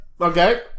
Okay